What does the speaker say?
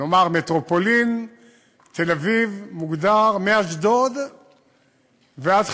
נאמר, מטרופולין תל-אביב מוגדרת מאשדוד ועד חדרה,